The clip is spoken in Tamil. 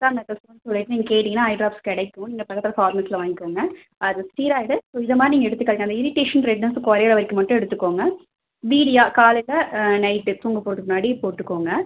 டெக்ஸாமெதஸோன் சொல்லிட்டு நீங்கள் கேட்டீங்கன்னால் ஐ ட்ராப்ஸ் கிடைக்கும் நீங்கள் பக்கத்தில் பார்மஸியில் வாங்கிக்கோங்க அது ஸ்டீராய்டு ஸோ இதை மாதிரி நீங்கள் எடுத்துக்காதீங்க அந்த இரிட்டேஷன் ரெட்னஸும் குறையிற வரைக்கும் மட்டும் எடுத்துக்கோங்க பீடியா காலையில் நைட்டு தூங்கப் போறதுக்கு முன்னாடி போட்டுக்கோங்க